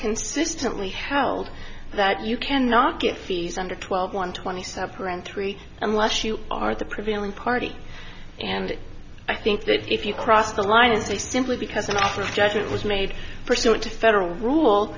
consistently held that you can not get fees under twelve one twenty seven and three unless you are the prevailing party and i think that if you cross the line is they simply because a matter of judgement was made pursuant to federal rule